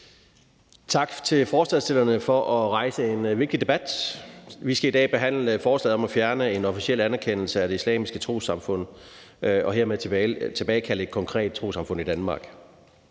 Tak til forslagsstillerne for at rejse en vigtig debat. Vi skal i dag behandle forslaget om at fjerne en officiel anerkendelse af Det Islamiske Trossamfund og hermed tilbagekalde et konkret trossamfund i Danmark.